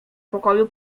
pokoju